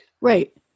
Right